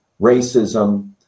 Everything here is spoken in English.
racism